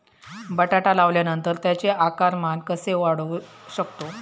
बटाटा लावल्यानंतर त्याचे आकारमान कसे वाढवू शकतो?